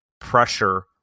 pressure